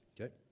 okay